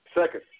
Second